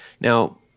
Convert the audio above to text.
Now